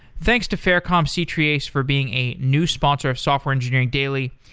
thanks to faircom c-treeace for being a new sponsor of software engineering daily,